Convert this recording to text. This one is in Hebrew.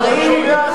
ואם העלייה היא לא,